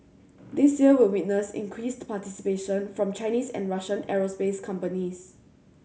this year will witness increased participation from Chinese and Russian aerospace companies